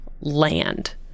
land